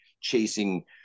chasing